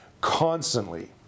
constantly